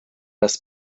bez